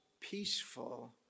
peaceful